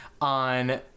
on